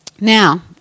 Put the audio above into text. Now